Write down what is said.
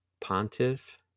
pontiff